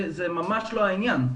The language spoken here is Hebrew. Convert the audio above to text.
זה ממש לא העניין,